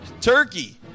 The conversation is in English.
turkey